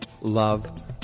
love